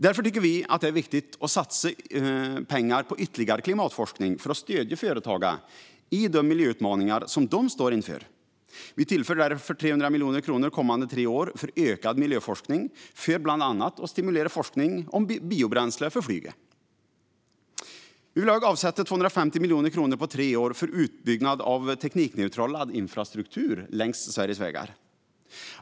Därför tycker vi att det är viktigt att satsa pengar på ytterligare klimatforskning för att stödja företagen i de miljöutmaningar de står inför. Vi tillför 300 miljoner kronor de kommande tre åren för ökad miljöforskning för att bland annat stimulera forskning om biobränsle för flyget. Vi vill också avsätta 250 miljoner kronor på tre år för utbyggnad av teknikneutral laddinfrastruktur längs Sveriges vägar.